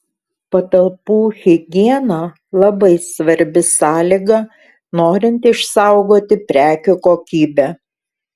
patalpų higiena labai svarbi sąlyga norint išsaugoti prekių kokybę